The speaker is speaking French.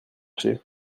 cherchez